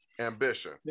ambition